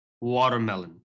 Watermelon